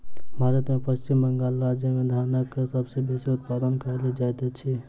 भारत में पश्चिम बंगाल राज्य में धानक सबसे बेसी उत्पादन कयल जाइत अछि